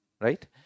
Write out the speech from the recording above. right